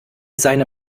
seine